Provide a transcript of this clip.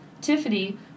Tiffany